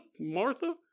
Martha